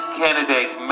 candidates